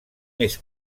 més